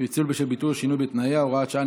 שינוי בתנאיה) (הוראת שעה,